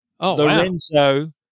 Lorenzo